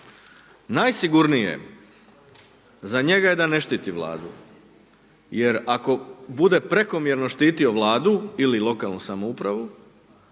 Najsigurnije je za njega da ne štiti vladu. Jer ako bude prekomjerno štitio vladu ili lokalnu samoupravu,